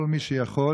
כל מי שיכול,